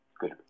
good –